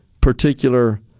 particular